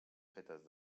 fetes